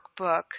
workbook